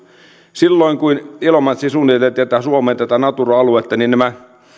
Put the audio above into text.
silloin kun ilomantsiin suomeen suunniteltiin tätä natura aluetta nämä